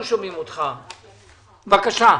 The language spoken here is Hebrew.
בבקשה.